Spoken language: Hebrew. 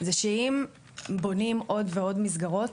שאם בונים עוד ועוד מסגרות,